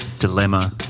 Dilemma